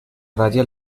raya